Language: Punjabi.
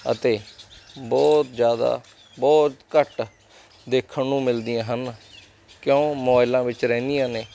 ਅਤੇ ਬਹੁਤ ਜ਼ਿਆਦਾ ਬਹੁਤ ਘੱਟ ਦੇਖਣ ਨੂੰ ਮਿਲਦੀਆਂ ਹਨ ਕਿਉਂ ਮੋਇਲਾਂ ਵਿੱਚ ਰਹਿੰਦੀਆਂ ਨੇ